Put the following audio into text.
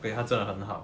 okay 他真的很好